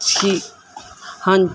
ਛੀ ਹਾਂਜੀ